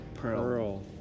Pearl